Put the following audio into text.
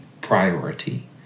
priority